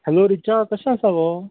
hello Richa कशें आसा गो